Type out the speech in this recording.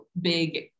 big